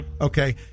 okay